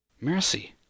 Mercy